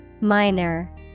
Minor